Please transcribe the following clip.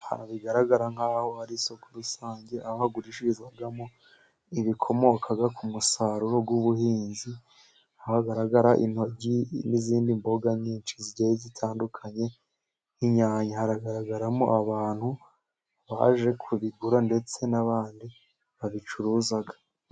Ahantu bigaragara nk'aho ari isoko rusange, hagurishirizwamo ibikomoka ku musaruro w'ubuhinzi, hagaragara intoryi n'izindi mboga nyinshi zigiye zitandukanye nk'inyanya, hagaragaramo abantu baje kubigura ndetse n'abandi babicuruza.